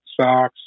socks